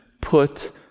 put